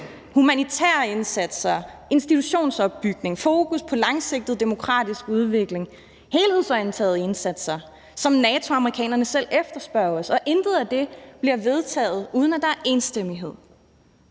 humanitære indsatser, institutionsopbygning, fokus på langsigtet demokratisk udvikling, helhedsorienterede indsatser, som NATO og amerikanerne selv efterspørger. Og intet af det bliver vedtaget, uden at der er enstemmighed,